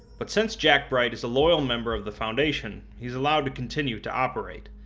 but since jack bright is a loyal member of the foundation, he's allowed to continue to operate.